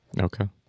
Okay